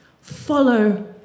follow